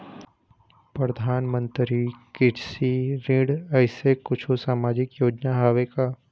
परधानमंतरी कृषि ऋण ऐसे कुछू सामाजिक योजना हावे का?